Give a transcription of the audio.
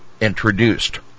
introduced